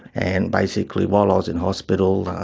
and basically while i was in hospital